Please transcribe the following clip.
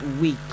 week